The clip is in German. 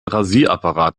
rasierapparat